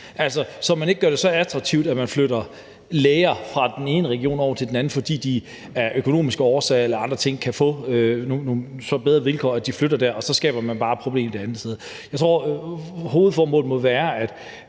at man ikke gør det så attraktivt, at man flytter læger fra den ene region over til den anden, fordi de af økonomiske årsager eller på grund af andre ting kan få nogle bedre vilkår, som gør, at de flytter, og gør, at man så bare skaber et problem et andet sted Jeg tror, at hovedformålet må være, at